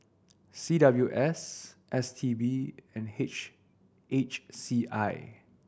C W S S T B and H H C I